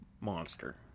monster